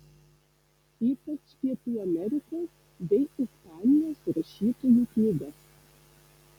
ypač pietų amerikos bei ispanijos rašytojų knygas